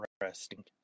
interesting